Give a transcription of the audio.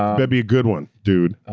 better be a good one, dude.